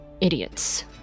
idiots